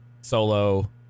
Solo